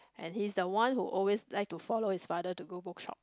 and he's the one who always like to follow his father to go bookshop